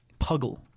Puggle